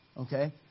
Okay